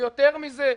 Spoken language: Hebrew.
ויותר מזה,